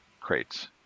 crates